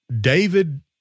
David